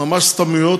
ממש סתמיות,